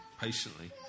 patiently